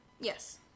Yes